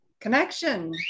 connection